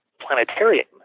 planetarium